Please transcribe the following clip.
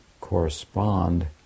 correspond